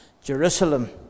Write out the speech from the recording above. Jerusalem